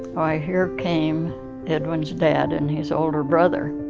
why here came edwin's dad and his older brother.